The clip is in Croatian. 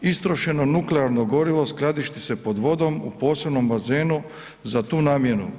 Istrošeno nuklearno gorivo skladišti se pod vodom u posebnom bazenu za tu namjenu.